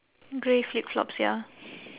grey flip-flops ya